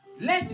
Let